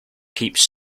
keeps